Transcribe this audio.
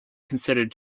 considered